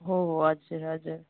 हो हो हजुर हजुर